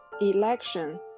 Election